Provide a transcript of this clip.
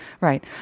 Right